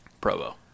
Provo